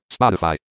Spotify